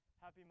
happy